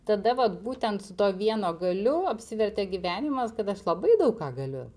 tada vat būtent su tuo vieno galiu apsivertė gyvenimas kad aš labai daug ką galiu